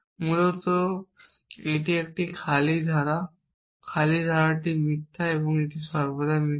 মূলত এটি একটি খালি ধারা খালি ধারাটি মিথ্যা বা এটি সর্বদা মিথ্যা